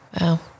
Wow